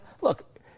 look